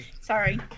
sorry